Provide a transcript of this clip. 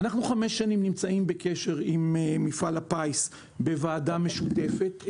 ואנחנו נמצאים בקשר עם מפעל הפיס חמש שנים בוועדה משותפת.